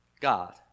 God